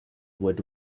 wood